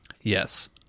Yes